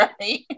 right